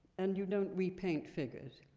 and you don't repaint figures.